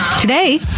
Today